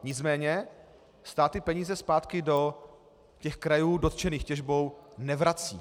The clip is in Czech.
Nicméně stát ty peníze zpátky do krajů dotčených těžbou nevrací.